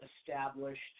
established